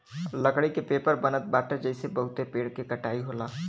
लकड़ी के पेपर बनत बाटे जेसे बहुते पेड़ के कटाई होला